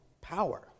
power